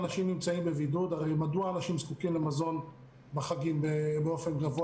אנשים זקוקים למזון בחגים באופן גבוה